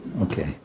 okay